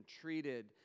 treated